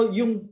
yung